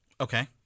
Okay